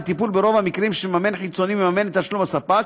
לטיפול ברוב המקרים שמממן חיצוני מממן את התשלום לספק,